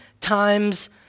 times